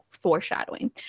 Foreshadowing